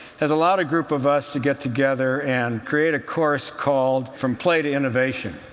has allowed a group of us to get together and create a course called from play to innovation.